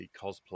cosplay